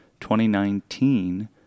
2019